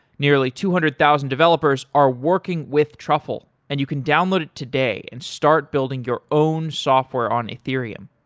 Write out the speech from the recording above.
nearly two hundred thousand developers are working with truffle and you can download it today and start building your own software on ethereum.